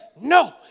No